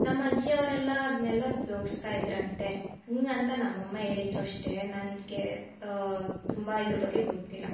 ನಮ್ಮ ಅಜ್ಜಿಯವ್ರೆಲ್ಲಾ ಅದನ್ನೆಲ್ಲ ಉಪ್ಯೋಗಿಸ್ತಾ ಇದ್ದರಂತೆ ಹೀಗಂತ ನಮ್ಮ ಅಮ್ಮ ಹೇಳಿದ್ರು ಅಷ್ಟೇ ನನಗೆ ತುಂಬ ಇದ್ರ ಬಗ್ಗೆ ಗೊತ್ತಿಲ್ಲ